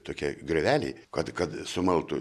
tokie grioveliai kad kad sumaltų